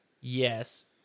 Yes